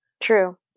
True